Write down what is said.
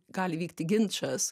gali vykti ginčas